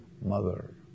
mother